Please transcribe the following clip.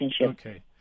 Okay